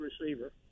receiver